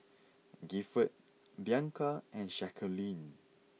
Gifford Bianca and Jaqueline